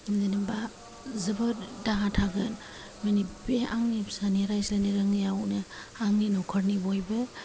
जेनेबा जोबोद दाहा थागोन बिनि बे आंनि फिसानि रायज्लायनो रोङिआवनो आंनि न'खरनि बयबो